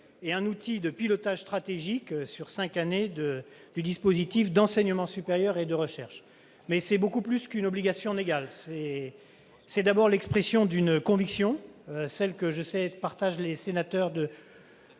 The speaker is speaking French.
est un outil de pilotage stratégique sur cinq années du dispositif d'enseignement supérieur et de recherche. Toutefois, il est beaucoup plus qu'une obligation légale. Il est d'abord l'expression d'une conviction, que partagent nombre de